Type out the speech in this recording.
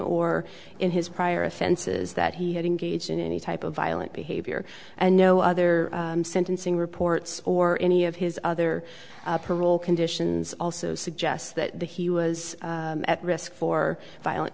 or in his prior offenses that he had engaged in any type of violent behavior and no other sentencing reports or any of his other parole conditions also suggest that the he was at risk for violent